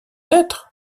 lettre